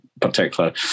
particular